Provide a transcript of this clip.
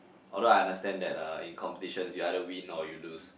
although I understand that uh in competitions you either win or you lose